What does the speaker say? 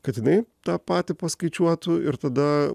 kad jinai tą patį paskaičiuotų ir tada